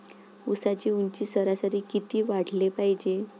ऊसाची ऊंची सरासरी किती वाढाले पायजे?